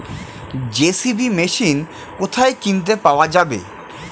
JCB machine কোথায় কিনতে পাওয়া যাবে?